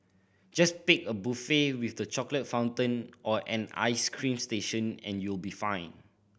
just pick a buffet with the chocolate fountain or an ice cream station and you'll be fine